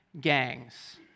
gangs